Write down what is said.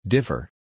Differ